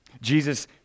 Jesus